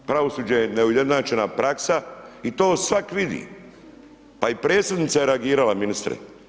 Pravosuđe je neujednačena praksa i to svak vidi, pa i predsjednica je reagirala ministre.